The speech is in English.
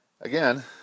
Again